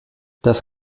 das